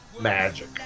magic